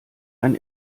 ein